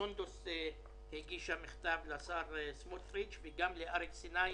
סונדוס הגישה מכתב לשר סמוטריץ' ולאריק סיני,